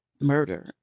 murder